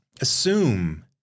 assume